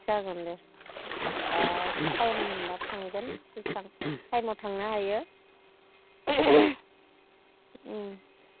जागोन दे दा टाइम मोनबा थांगोन बेसेबां टाइमआव थांनो हायो